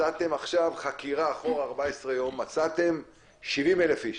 מצאתם עכשיו בחקירה אחורה 14 יום מצאתם 70 אלף איש,